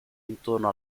intorno